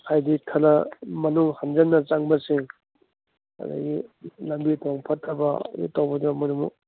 ꯍꯥꯏꯗꯤ ꯈꯔ ꯃꯅꯨꯡ ꯍꯟꯖꯟꯅ ꯆꯪꯕꯁꯤꯡ ꯑꯗꯒꯤ ꯂꯝꯕꯤ ꯊꯣꯡ ꯐꯠꯇꯕ ꯇꯧꯕꯗ ꯃꯣꯏꯅ ꯑꯃꯨꯛ